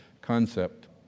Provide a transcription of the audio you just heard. concept